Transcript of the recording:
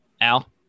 al